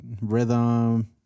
rhythm